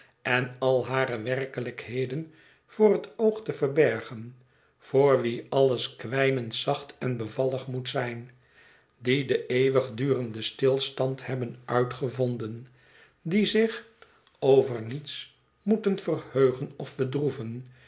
en al hare werkelijkheden voor het oog te verbergen voor wie alles kwijnend zacht en bevallig moet zijn die den eeuwigdurenden stilstand hebben uitgevonden die zich over niets moeten verheugen of bedroeven